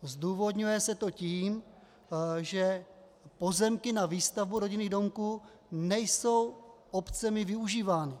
Zdůvodňuje se to tím, že pozemky na výstavbu rodinných domků nejsou obcemi využívány.